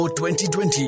2020